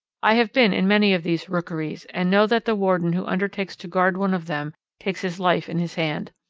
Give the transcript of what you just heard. i have been in many of these rookeries and know that the warden who undertakes to guard one of them takes his life in his hand.